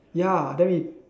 ya then we